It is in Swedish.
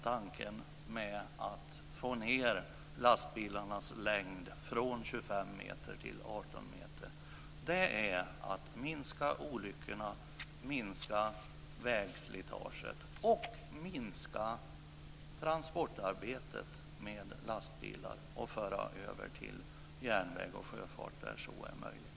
Tanken med att få ned lastbilarnas längd från 25 meter till 18 meter är att minska olyckorna, att minska vägslitaget och att minska transportarbetet med lastbilar och föra över det till järnväg och sjöfart där så är möjligt.